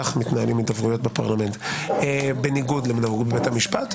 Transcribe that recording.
כך מתנהלות הידברויות בפרלמנט בניגוד לבית המשפט.